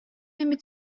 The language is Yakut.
эмит